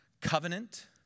Covenant